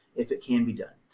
if it can be done.